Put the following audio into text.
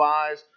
eyes